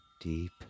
deep